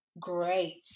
great